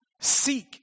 Seek